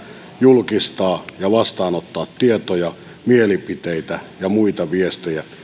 julkistaa ja vastaanottaa tietoja mielipiteitä ja muita viestejä